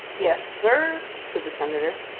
yes, sir, said the senator.